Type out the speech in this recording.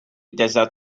desert